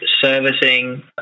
servicing